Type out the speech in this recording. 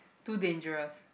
too dangerous